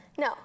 No